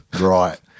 Right